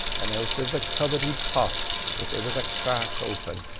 and out of the cupboard he'd pop if it was a crack open,